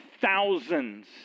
thousands